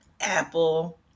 Apple